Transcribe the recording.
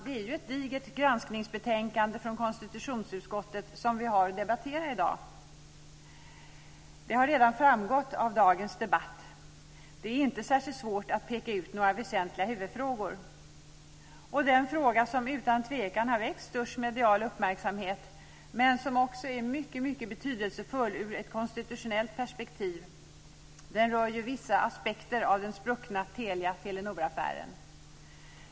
Det är ett digert granskningsbetänkande från konstitutionsutskottet som vi har att debattera i dag. Det har redan framgått av dagens debatt. Det är inte särskilt svårt att peka ut några väsentliga huvudfrågor. Den fråga som utan tvekan har väckt störst medial uppmärksamhet, och som också är mycket betydelsefull ur ett konstitutionellt perspektiv, rör vissa aspekter på den spruckna Telia-Telenoraffären.